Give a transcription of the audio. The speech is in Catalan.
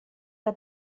que